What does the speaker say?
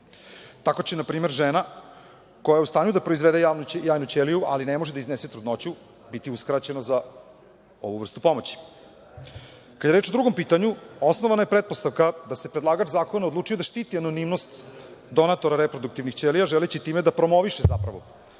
Tako će, na primer, žena koja je u stanju da proizvede jajnu ćeliju, ali ne može da iznese trudnoću, biti uskraćena za ovu vrstu pomoći. Kada je reč o drugom pitanju, osnovana je pretpostavka da se predlagač zakona odlučio da štiti anonimnost donatora reproduktivnih ćelija, želeći time da promoviše zapravo